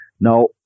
Now